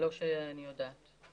לא שאני יודעת.